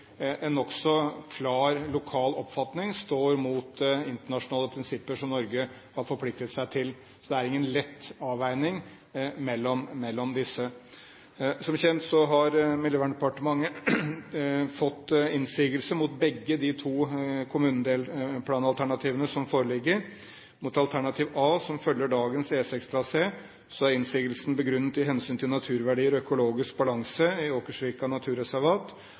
en sak hvor en nokså klar lokal oppfatning står mot internasjonale prinsipper som Norge har forpliktet seg til. Det er ingen lett avveining mellom disse. Som kjent har Miljøverndepartementet fått innsigelser mot begge de to kommuneplanalternativene som foreligger. Innsigelsene mot alternativ A, som følger dagens E6-trasé, er begrunnet i hensynet til naturverdier og økologisk balanse i Åkersvika naturreservat.